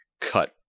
cut